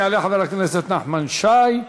יעלה חבר הכנסת נחמן שי.